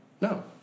no